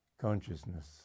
consciousness